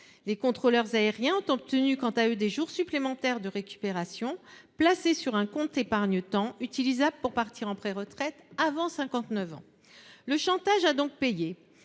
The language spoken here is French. Les contrôleurs aériens, quant à eux, ont obtenu des jours supplémentaires de récupération placés sur un compte épargne temps, utilisable pour partir en préretraite avant 59 ans. Le chantage a donc payé.